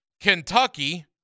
Kentucky